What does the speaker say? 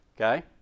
okay